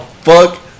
fuck